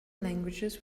languages